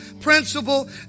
principle